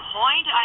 point